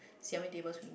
seven table with